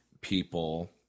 people